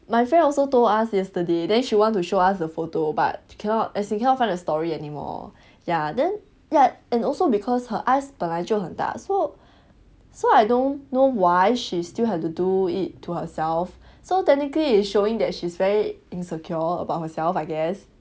my friend also told us yesterday then she want to show us the photo but cannot as in cannot find the story anymore ya then ya and also because her eyes 本来就很大 so so I don't know why she still have to do it to herself so technically is showing that she's very insecure about herself I guess